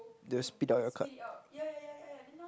they will spit out your card